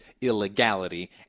illegality